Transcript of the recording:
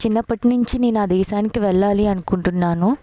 చిన్నప్పటినుంచి నేను ఆ దేశానికి వెళ్ళాలి అనుకుంటున్నాను